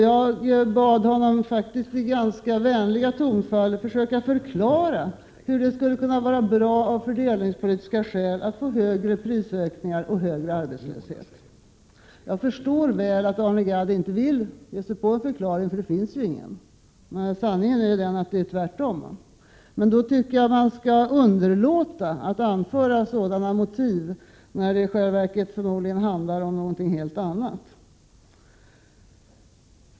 Jag bad honom i ganska vänligt tonfall försöka förklara varför det av fördelningspolitiska skäl skulle vara bra att få högre prisökningar och högre arbetslöshet. Jag förstår mycket väl att Arne Gadd inte vill försöka sig på en förklaring: det finns ju ingen! Sanningen är ju den att det förhåller sig tvärtom. Jag tycker att man skall underlåta att anföra sådana motiv när det i själva verket förmodligen handlar om någonting helt annat.